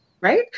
Right